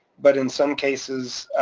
but in some cases,